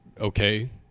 okay